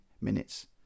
minutes